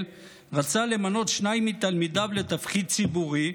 רצה למנות שניים מתלמידיו לתפקיד ציבורי,